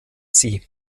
sie